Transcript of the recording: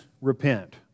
repent